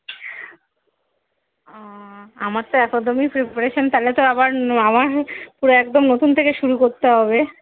আমার তো একদমই প্রিপারেশান তাহলে তো আবার আমার পুরো একদম নতুন থেকে শুরু ক রতে হবে